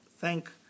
thank